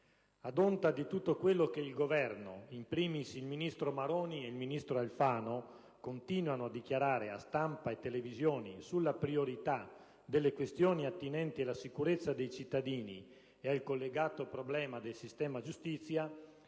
Ad onta di tutto quello che il Governo, *in primis* il ministro Maroni ed il ministro Alfano, continua a dichiarare agli organi di stampa e alle televisioni sulla priorità delle questioni attinenti alla sicurezza dei cittadini e al collegato problema del sistema giustizia,